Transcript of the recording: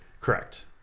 Correct